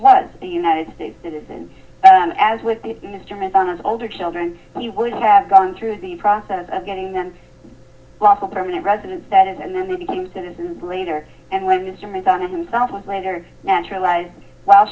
a united states citizen and that as with the instrument on his older children he would have gone through the process of getting them lawful permanent resident status and then they became citizens later and when mr mcdonough himself was later naturalized while